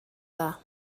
dda